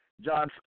John